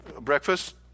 Breakfast